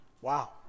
Wow